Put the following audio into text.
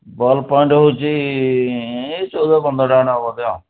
ball point ହେଉଛି ଏଇ ଚଉଦ ପନ୍ଦରଟା ଖଣ୍ଡେ ହେବ ବୋଧେ ଆଉ